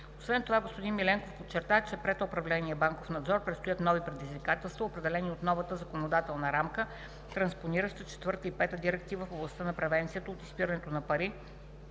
Освен това господин Миленков подчерта, че пред управление „Банков надзор“ предстоят нови предизвикателства, определени от новата законодателна рамка, транспонираща 4-та и 5-а Директива в областта на превенцията от изпирането на пари,